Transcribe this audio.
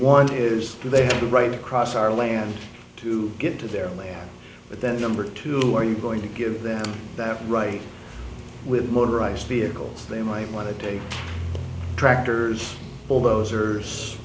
one is do they have the right across our land to get to their land but then number two are you going to give them that right with motorized vehicles they might want to take tractors bulldozers